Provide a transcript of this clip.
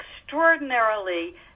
extraordinarily